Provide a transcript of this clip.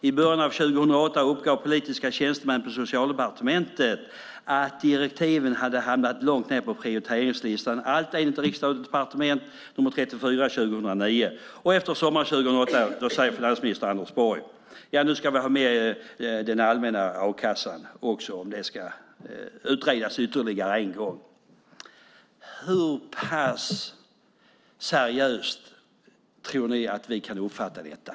I början av 2008 uppgav politiska tjänstemän på Socialdepartementet att direktiven hade hamnat långt ned på prioriteringslistan - allt enligt Riksdag & Departement nr 34 2009. Efter sommaren 2008 sade finansminister Anders Borg: Nu ska vi ha med den allmänna a-kassan också, om det ska utredas ytterligare en gång. Hur pass seriöst tror ni att vi kan uppfatta detta?